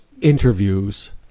interviews